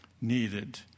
needed